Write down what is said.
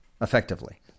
effectively